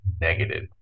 negative